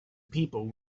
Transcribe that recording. people